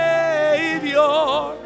Savior